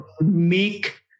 make